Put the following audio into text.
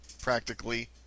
practically